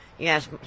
Yes